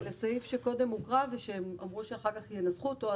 הסעיף שקודם הוקרא ואמרו שאחר כך ינתחו אותו.